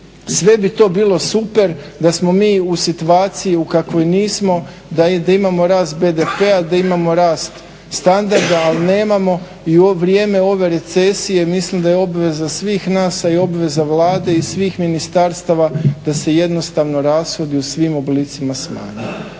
sve bi to bilo super da smo mi u situaciji u kakvoj nismo, da imamo rast BDP-a, da imamo rast standarda ali nemamo. I u vrijeme ove recesije, mislim da je obaveza svih nas a i obveza Vlade i svih ministarstava da se jednostavno rashodi u svim oblicima smanje.